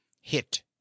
Hit